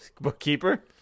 bookkeeper